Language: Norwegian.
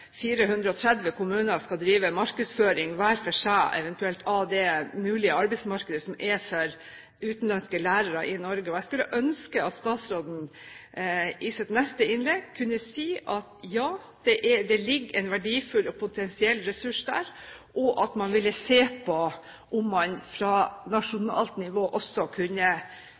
430 kommuner skal drive markedsføring hver for seg i det mulige arbeidsmarkedet for utenlandske lærere i Norge. Jeg skulle ønske at statsråden i sitt neste innlegg kunne si: Ja, det ligger en verdifull og potensiell ressurs der, og man vil se på om man fra nasjonalt nivå også kunne